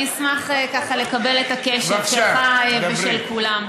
אני אשמח לקבל את הקשב שלך ושל כולם.